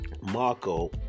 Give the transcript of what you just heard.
Marco